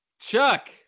Chuck